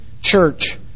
church